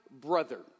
brother